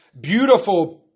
beautiful